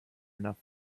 enough